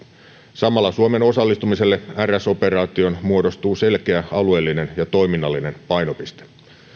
samalla suomen osallistumiselle rs operaatioon muodostuu selkeä alueellinen ja toiminnallinen painopiste